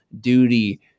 duty